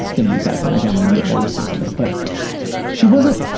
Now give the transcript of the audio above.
is going to be sad for my family that listens to this, but she wasn't,